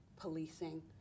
policing